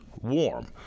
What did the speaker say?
warm